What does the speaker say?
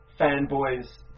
fanboy's